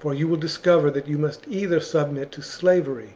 for you will discover that you must either submit to slavery